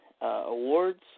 awards